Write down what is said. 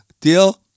Deal